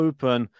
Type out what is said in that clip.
Open